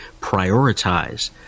prioritize